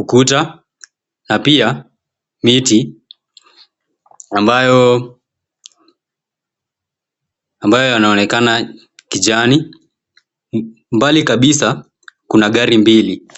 ukuta na pia miti ambayo yanaonekana kijani. Mbali kabisa kuna gari mbili.